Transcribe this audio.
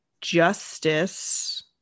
Justice